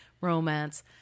romance